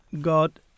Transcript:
God